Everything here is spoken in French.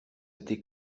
été